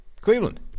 Cleveland